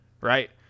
right